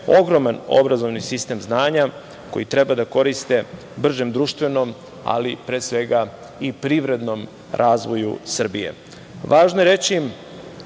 ogroman obrazovni sistem znanja koji treba da koriste bržem društvenom, ali pre svega i privrednom razvoju Srbije. Važno je reći da